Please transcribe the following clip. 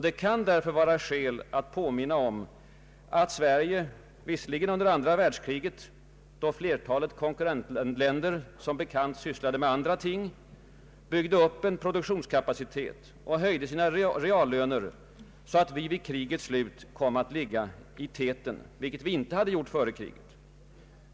Det kan därför vara skäl i att påminna om att Sverige visserligen under andra världskriget, då flertalet konkurrentländer som bekant sysslade med andra ting, byggde upp en produktionskapacitet och höjde sina reallöner så att vi vid krigets slut kom att ligga i täten, vilket vi inte hade gjort före kriget.